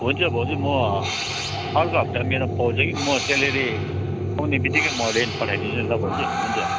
हुन्छ भाउजू म अर्को हफ्ता मेरो पाउँछ कि म सेलेरी आउनु बित्तिकै म रेन्ट पठाइदिन्छु नि ल भाउजू हुन्छ